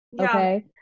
okay